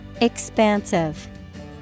Expansive